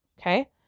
Okay